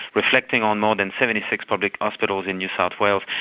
reflecting on more than seventy six public hospitals in new south wales.